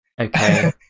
Okay